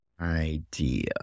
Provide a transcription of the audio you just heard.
idea